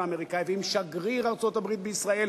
האמריקני ועם שגריר ארצות-הברית בישראל.